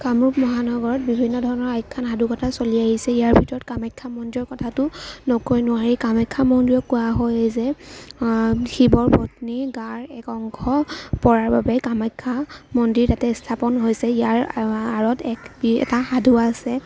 কামৰূপ মহানগৰত বিভিন্ন ধৰণৰ আখ্যান সাধুকথা চলি আহিছে ইয়াৰ ভিতৰত কামাখ্যা মন্দিৰৰ কথাটো নকৈ নোৱাৰি কামাখ্যা মন্দিৰক কোৱা হয় যে শিৱৰ পত্নীৰ গাৰ এক অংশ পৰাৰ বাবে কামাখ্যা মন্দিৰ তাতে স্থাপন হৈছে ইয়াৰ আঁৰত এক এটা সাধু আছে